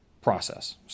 process